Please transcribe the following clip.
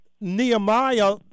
Nehemiah